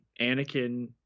Anakin